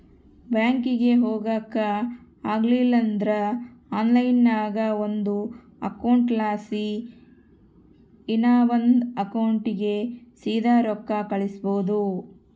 ಬ್ಯಾಂಕಿಗೆ ಹೊಗಾಕ ಆಗಲಿಲ್ದ್ರ ಆನ್ಲೈನ್ನಾಗ ಒಂದು ಅಕೌಂಟ್ಲಾಸಿ ಇನವಂದ್ ಅಕೌಂಟಿಗೆ ಸೀದಾ ರೊಕ್ಕ ಕಳಿಸ್ಬೋದು